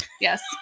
Yes